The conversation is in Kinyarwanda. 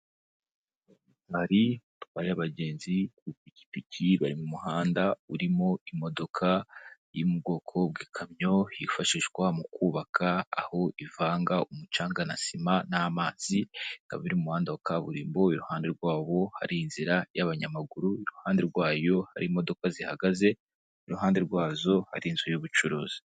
hari batway'abagenzi ku ku ipiki bari mu muhanda urimo imodoka yo mu bwoko bw'ikamyo hifashishwa mu kubaka aho ivanga umucanga na sima n'amazi kabiri y'umuhanda wa kaburimbo iruhande rwabo hari inzira y'abanyamaguru iruhande rwayo hari imodoka zihagaze iruhande rwazo ari inzu y'ubucuruzi Hari abatwaye abagenzi ku ipikipiki bari mu muhanda urimo imodika yo mu bwoko bw'ikamyo yifashishwa mu kubaka aho ivanga umucanga na sima n'amazi, ikaba iri mu muhanda wa kaburimbo. Iruhande rwabo hari inzira y'abanyamaguru iruhande rwayo hari imodoka zihagaze iruhande rwazo hari inzu y'ubucuruzi.